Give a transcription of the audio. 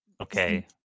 okay